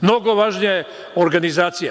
Mnogo važnija je organizacija.